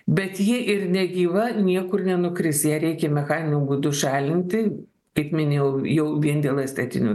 bet ji ir negyva niekur nenukris ją reikia mechaniniu būdu šalinti kaip minėjau jau vien dėl estetinių